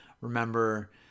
remember